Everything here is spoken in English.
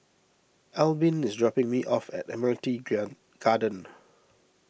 Albin is dropping me off at Admiralty Garden